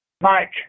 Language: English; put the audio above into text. Mike